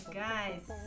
guys